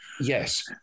Yes